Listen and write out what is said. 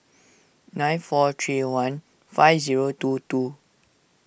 nine four three one five zero two two